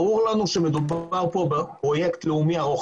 ברור לנו שמדובר כאן בפרויקט לאומי ארוך